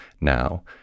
now